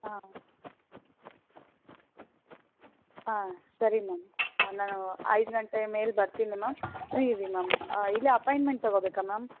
ಹಾಂ ಹಾಂ ಸರಿ ಮ್ಯಾಮ್ ನಾನು ಐದು ಗಂಟೆ ಮೇಲೆ ಬರ್ತೀನಿ ಮ್ಯಾಮ್ ಫ್ರೀ ಇರಿ ಮ್ಯಾಮ್ ಇಲ್ಲಾ ಅಪಾಯಿಂಟ್ಮೆಂಟ್ ತಗೋಬೇಕಾ ಮ್ಯಾಮ್